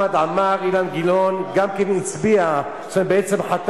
אדוני היושב-ראש, כנסת נכבדה, חוק